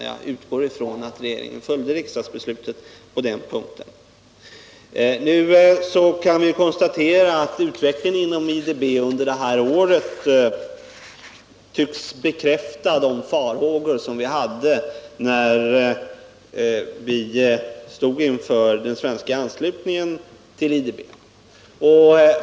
Jag utgår från att regeringen följde riksdagsbeslutet på den punkten. Nu kan vi konstatera att utvecklingen inom IDB under detta år tycks bekräfta de farhågor som vi hyste när vi stod inför en anslutning till banken.